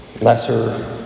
lesser